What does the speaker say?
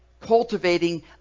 Cultivating